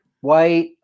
White